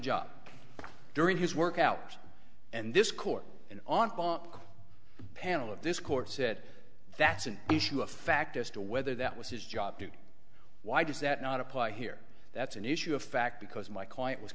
job during his workout and this court and aunt bar panel of this court said that's an issue of fact as to whether that was his job to do why does that not apply here that's an issue of fact because my client was